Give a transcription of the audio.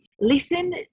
listen